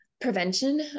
prevention